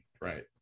Right